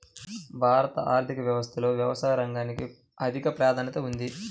భారత ఆర్థిక వ్యవస్థలో వ్యవసాయ రంగానికి అధిక ప్రాధాన్యం ఉంది